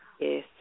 yes